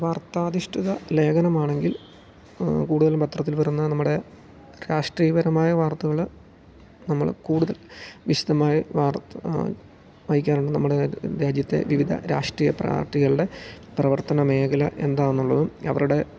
വാർത്താധിഷ്ടിത ലേഖനമാണെങ്കിൽ കൂടുതലും പത്രത്തിൽ വരുന്ന നമ്മുടെ രാഷ്ട്രീയപരമായ വാർത്തകൾ നമ്മൾ കൂടുതൽ വിശദമായി വാർത്ത വായിക്കാറുണ്ട് നമ്മുടെ രാജ്യത്തെ വിവിധ രാഷ്ട്രീയ പ്രാർട്ടികളുടെ പ്രവർത്തന മേഖല എന്താണെന്നുള്ളതും അവരുടെ